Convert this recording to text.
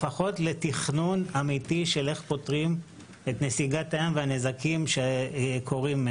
לפחות לתכנון אמיתי של איך פותרים את נסיגת הים והנזקים המשתמעים.